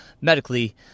medically